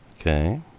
Okay